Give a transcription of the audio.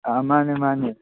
ꯑꯥ ꯃꯥꯟꯅꯦ ꯃꯥꯟꯅꯦ